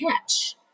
catch